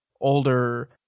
older